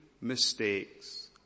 mistakes